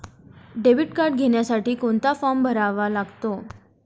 Debit card घेण्यासाठी कोणता form भरावा लागतो?